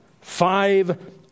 Five